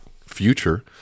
future